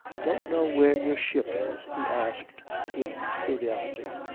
don't know where your ship is? he asked with curiosity.